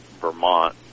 Vermont